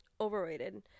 Overrated